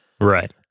Right